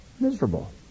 Miserable